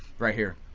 right here.